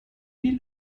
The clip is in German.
nil